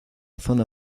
zona